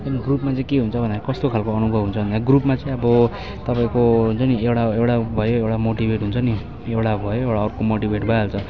एकदम ग्रुपमा चाहिँ के हुन्छ भन्दा कस्तो खालको अनुभव हुन्छ भन्दा ग्रुपमा चाहिँ अब तपाईँको हुन्छ नि एउटा एउटा भयो एउटा मोटिभेट हुन्छ नि एउटा भयो अर्को मोटिभेट भइहाल्छ